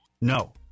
No